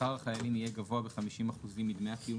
שכר החיילים יהיה גבוה ב-50 אחוזים מדמי הקיום